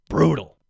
Brutal